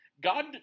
God